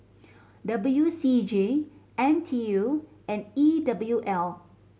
W C G N T U and E W L